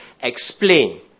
explain